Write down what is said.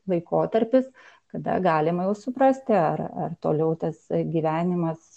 laikotarpis kada galima jau suprasti ar ar toliau tas gyvenimas